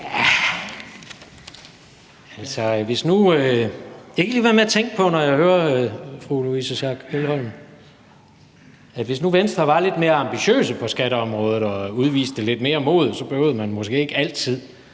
hvis nu Venstre var lidt mere ambitiøse på skatteområdet og udviste lidt mere mod, behøvede man måske ikke altid